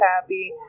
happy